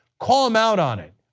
call him out on it.